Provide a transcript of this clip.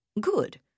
Good